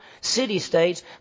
city-states